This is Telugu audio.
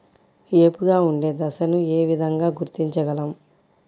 ఏపుగా ఉండే దశను ఏ విధంగా గుర్తించగలం?